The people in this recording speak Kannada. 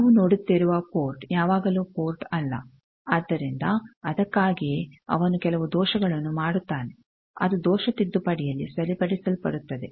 ನಾವು ನೋಡುತ್ತಿರುವ ಪೋರ್ಟ್ ಯಾವಾಗಲೂ ಪೋರ್ಟ್ ಅಲ್ಲ ಆದ್ದರಿಂದ ಅದಕ್ಕಾಗಿಯೇ ಅವನು ಕೆಲವು ದೋಷಗಳನ್ನು ಮಾಡುತ್ತಾನೆ ಅದು ದೋಷ ತಿದ್ದುಪಡಿಯಲ್ಲಿ ಸರಿಪಡಿಸಲ್ಪಡುತ್ತದೆ